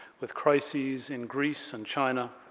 with crises in greece and china,